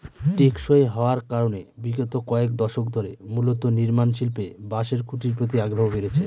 টেকসই হওয়ার কারনে বিগত কয়েক দশক ধরে মূলত নির্মাণশিল্পে বাঁশের খুঁটির প্রতি আগ্রহ বেড়েছে